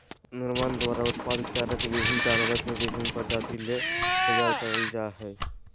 निर्माण द्वारा उत्पादित चारा के विभिन्न जानवर के विभिन्न प्रजाति ले तैयार कइल जा हइ